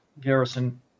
Garrison